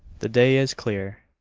the day is clear,